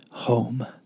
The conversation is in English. home